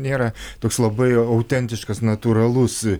nėra toks labai autentiškas natūralus